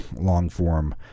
long-form